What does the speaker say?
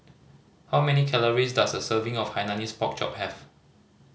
how many calories does a serving of Hainanese Pork Chop have